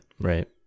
Right